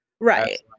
Right